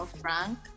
Frank